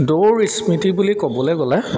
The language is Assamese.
দৌৰ স্মৃতি বুলি ক'বলৈ গ'লে